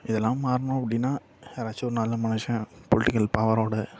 இதெல்லாம் மாறணும் அப்படினா யாராச்சும் ஒரு நல்ல மனுஷன் பொலிட்டிகல் பவரோடய